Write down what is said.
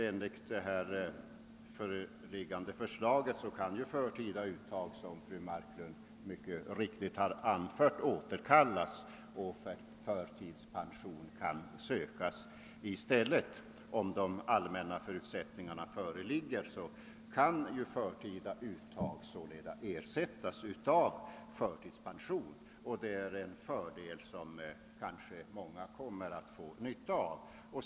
Enligt det föreliggande förslaget kan förtida uttag, som fru Marklund mycket riktigt har framhållit, återkallas och förtidspension i stället sökas. Om de allmänna förutsättningarna föreligger, kan förtida uttag sålunda ersättas med förtidspension, och det är en fördel som kanske många kommer att få nytta av.